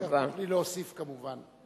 תוכלי להוסיף, כמובן.